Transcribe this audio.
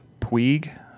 Puig